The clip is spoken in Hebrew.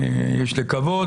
יש לקוות,